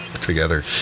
together